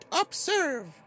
observe